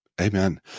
amen